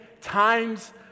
times